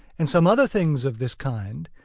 and some other things of this kind,